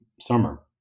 summer